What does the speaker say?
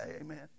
Amen